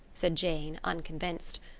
said jane unconvinced.